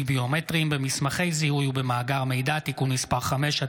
ביומטריים במסמכי זיהוי ובמאגר מידע (תיקון מס' 5),